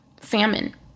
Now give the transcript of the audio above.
famine